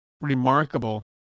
remarkable